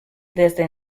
desde